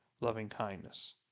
loving-kindness